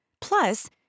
Plus